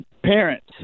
parents